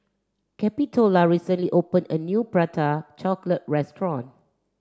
Capitola recently opened a new Prata Chocolate Restaurant